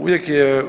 Uvijek je